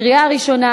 לקריאה ראשונה.